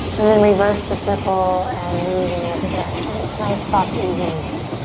and then reverse the circle and move in the other direction. just nice, soft, easy movement.